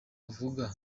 avuga